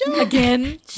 again